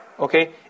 Okay